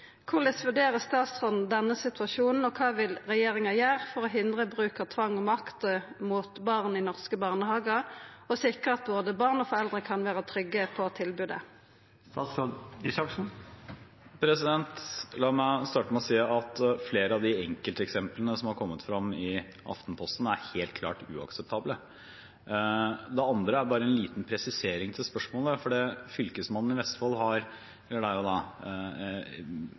vurderer statsråden denne situasjonen, og kva vil regjeringa gjere for å hindre bruk av tvang og makt mot barn i norske barnehagar og sikre at både barn og foreldre kan vere trygge på tilbodet?» La meg starte med å si at flere av de enkelteksemplene som har kommet frem i Aftenposten, er helt klart uakseptable. Det andre er bare en liten presisering til spørsmålet, for utdanningsansvarlig hos Fylkesmannen i Vestfold har